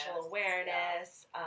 awareness